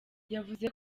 yavuze